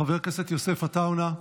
חבר הכנסת יוסף עטאונה,